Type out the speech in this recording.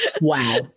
Wow